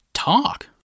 talk